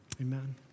Amen